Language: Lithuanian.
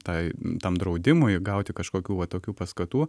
tai tam draudimui gauti kažkokių va tokių paskatų